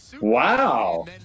Wow